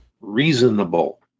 reasonable